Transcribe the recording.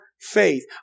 faith